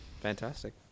Fantastic